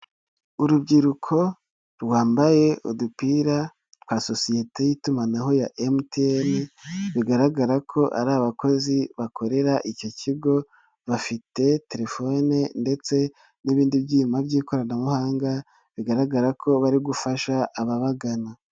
Urubyiruko rwambaye udupira twa sosiyete y'itumanaho ya MTN, bigaragara ko ari abakozi bakorera icyo kigo, bafite telefone ndetse n'ibindi byuma by'ikoranabuhanga, bigaragara ko bari gufasha ababagana.